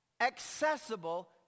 accessible